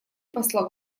посла